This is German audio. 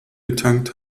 getankt